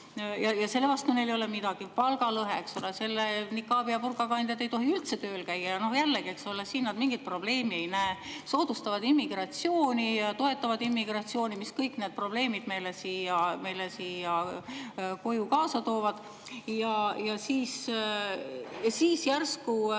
ja selle vastu neil ei ole midagi. Palgalõhe, eks ole. Aga nikaabi ja burka kandjad ei tohi üldse tööl käia. Jällegi, eks ole, siin nad mingit probleemi ei näe. Soodustavad ja toetavad immigratsiooni, mis kõik need probleemid meile siia koju kaasa toob, ja siis järsku